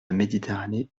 méditerranée